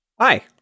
Hi